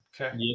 Okay